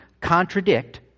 contradict